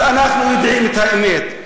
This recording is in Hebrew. אז אנחנו יודעים את האמת.